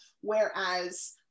Whereas